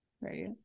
right